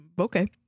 okay